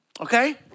Okay